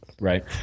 right